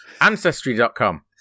ancestry.com